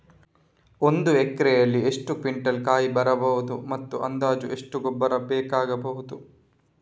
ಒಂದು ಎಕರೆಯಲ್ಲಿ ಎಷ್ಟು ಕ್ವಿಂಟಾಲ್ ಕಾಯಿ ಬರಬಹುದು ಮತ್ತು ಅಂದಾಜು ಎಷ್ಟು ಗೊಬ್ಬರ ಬೇಕಾಗಬಹುದು?